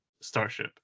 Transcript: starship